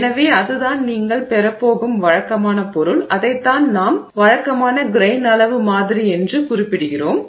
எனவே அதுதான் நீங்கள் பெறப்போகும் வழக்கமான பொருள் அதைத்தான் நாம் வழக்கமான கிரெய்ன் அளவு மாதிரி என்று குறிப்பிடுகிறோம்